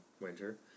winter